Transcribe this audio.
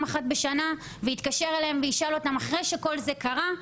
אחת בשנה ויתקשר אליהם וישאל אותם אחרי שכל זה קרה,